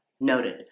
noted